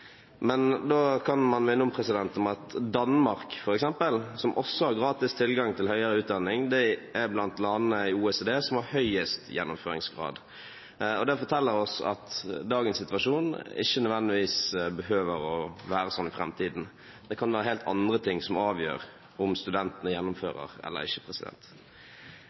Men da kan man minne om at f.eks. Danmark, som også har gratis tilgang til høyere utdanning, er blant landene i OECD som har høyest gjennomføringsgrad. Det forteller oss at dagens situasjon ikke nødvendigvis behøver å være slik i framtiden. Det kan være helt andre ting som avgjør om studentene gjennomfører eller ikke.